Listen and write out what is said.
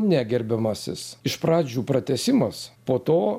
ne gerbiamasis iš pradžių pratęsimas po to